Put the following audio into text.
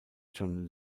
john